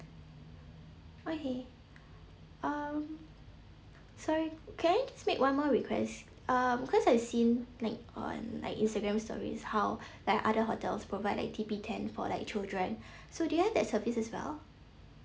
okay um sorry can I just ask make one more request um because I've seen like on like instagram stories how like other hotels provide like teepee tent for like children so do you have that service as well